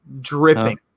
dripping